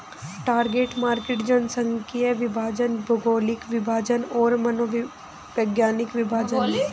target market जनसांख्यिकीय विभाजन, भौगोलिक विभाजन और मनोवैज्ञानिक विभाजन हैं